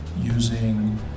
using